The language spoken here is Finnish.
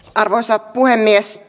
arvoisa puhemies